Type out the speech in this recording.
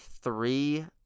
three